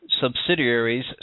subsidiaries